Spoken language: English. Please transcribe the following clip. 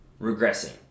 regressing